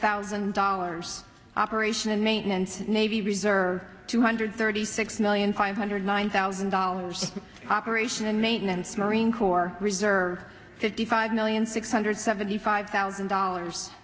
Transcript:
thousand dollars operation and maintenance navy reserve or two hundred thirty six million five hundred nine thousand dollars operation and maintenance marine corps reserve fifty five million six hundred seventy five thousand dollars